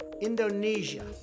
Indonesia